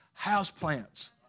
houseplants